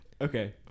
Okay